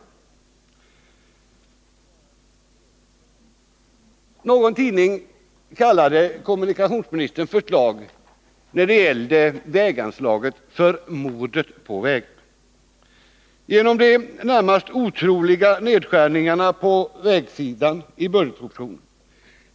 Någon tidning kallade kommunikationsministerns förslag när det gällde väganslaget för ”Mordet på vägarna” på grund av de stora nedskärningarna på vägsidan i budgetpropositionen.